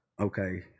Okay